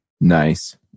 nice